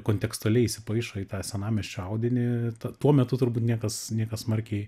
kontekstualiai įsipaišo į tą senamiesčio audinį tuo metu turbūt niekas niekas smarkiai